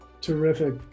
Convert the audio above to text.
Terrific